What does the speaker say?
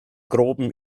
groben